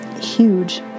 huge